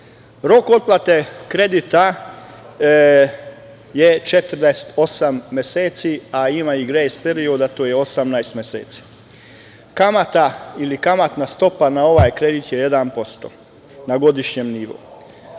Rok otplate kredita je 48 meseci, a ima i grejs period, a to je 18 meseci, kamata ili kamatna stopa na ovaj kredit je 1% na godišnjem nivou.